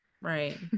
Right